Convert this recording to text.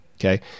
Okay